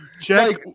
Check